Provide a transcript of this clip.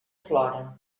flora